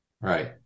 Right